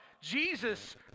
Jesus